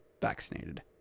vaccinated